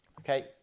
Okay